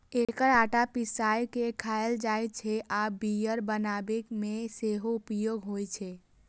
एकर आटा पिसाय के खायल जाइ छै आ बियर बनाबै मे सेहो उपयोग होइ छै